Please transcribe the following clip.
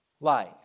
life